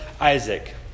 Isaac